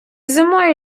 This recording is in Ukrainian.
зимою